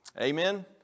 Amen